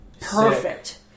perfect